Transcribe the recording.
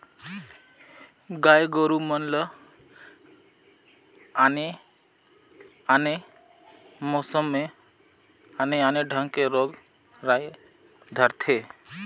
गाय गोरु मन ल आने आने मउसम में आने आने ढंग के रोग राई धरथे